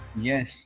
Yes